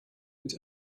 mit